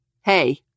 Hey